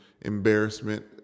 embarrassment